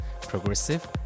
progressive